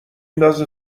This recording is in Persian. ندازه